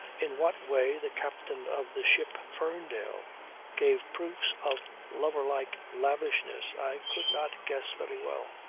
in what way the captain of the ship ferndale gave proofs of lover-like lavishness i could not guess very well.